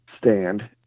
stand